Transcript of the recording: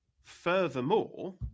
Furthermore